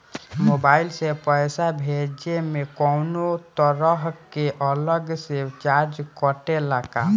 Mobile से पैसा भेजे मे कौनों तरह के अलग से चार्ज कटेला का?